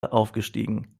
aufgestiegen